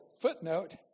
footnote